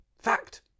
Fact